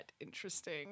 interesting